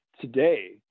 today